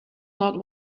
not